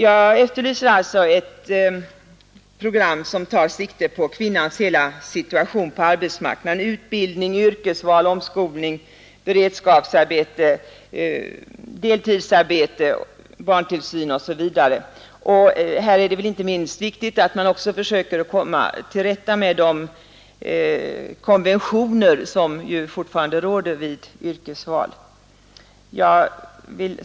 Jag efterlyser alltså ett program som tar sikte på kvinnans hela situation på arbetsmarknaden — utbildning, yrkesval, omskolning, beredskapsarbete, deltidsarbete, barntillsyn osv. Det är inte minst viktigt att man också försöker komma till rätta med de konventioner som ju fortfarande råder vid yrkesval.